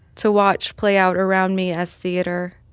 to watch play out around me as theater.